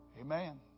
amen